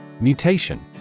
Mutation